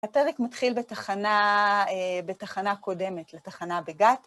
הפרק מתחיל בתחנה קודמת, לתחנה בגת.